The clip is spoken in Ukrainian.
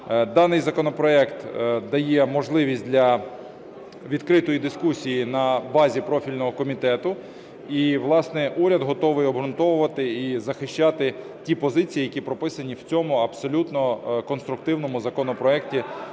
Даний законопроект дає можливість для відкритої дискусії на базі профільного комітету, і, власне, уряд готовий обґрунтовувати і захищати ті позиції, які прописані в цьому абсолютно конструктивному законопроекті